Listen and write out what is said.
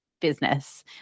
business